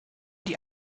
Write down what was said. die